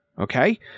Okay